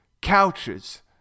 couches